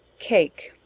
cake.